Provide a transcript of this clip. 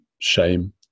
shame